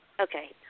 Okay